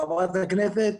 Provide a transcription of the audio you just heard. חברת הכנסת,